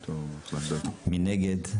3. מי נגד?